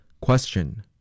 Question